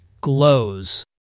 glows